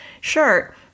shirt